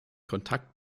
kontakt